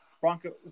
Broncos